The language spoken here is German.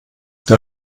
der